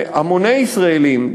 שהמוני ישראלים,